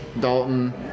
Dalton